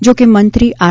જોકે મંત્રી આર